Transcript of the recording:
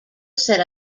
set